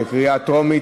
בקריאה טרומית.